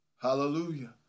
Hallelujah